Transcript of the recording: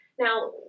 Now